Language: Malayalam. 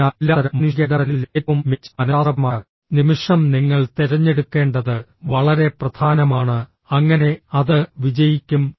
അതിനാൽ എല്ലാത്തരം മാനുഷിക ഇടപെടലുകളിലും ഏറ്റവും മികച്ച മനഃശാസ്ത്രപരമായ നിമിഷം നിങ്ങൾ തിരഞ്ഞെടുക്കേണ്ടത് വളരെ പ്രധാനമാണ് അങ്ങനെ അത് വിജയിക്കും